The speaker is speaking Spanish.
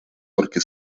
porque